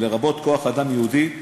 לרבות כוח אדם ייעודי,